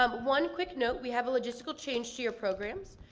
um one quick note, we have a logistical change to your programs.